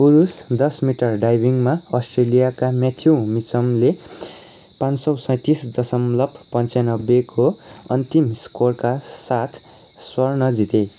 पुरुष दस मिटर डाइभिङमा अस्ट्रेलियाका म्याथ्यु मिचमले पाँच सय सैतिस दशमलक पन्चानब्बेको अन्तिम स्कोरका साथ स्वर्ण जिते